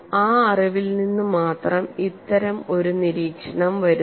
ആ അറിവിൽ നിന്ന് മാത്രം ഇത്തരത്തിലുള്ള നിരീക്ഷണം വരുന്നു